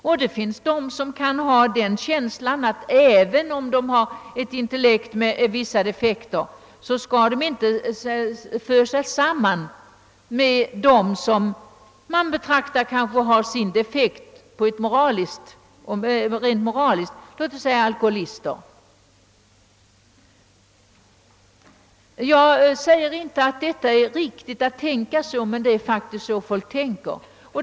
Och det kan finnas de som tycker att de, även om de har ett intellekt med vissa defekter, inte skall fösas samman med sådana som har defekter på det moraliska planet, låt oss säga alkoholister. Jag säger inte att detta är riktigt, men det är faktiskt så folk tänker.